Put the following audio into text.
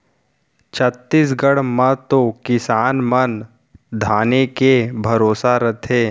छत्तीसगढ़ म तो किसान मन धाने के भरोसा रथें